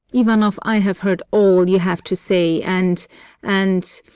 ivanoff, i have heard all you have to say and and